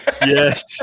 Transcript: Yes